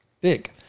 Big